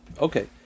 Okay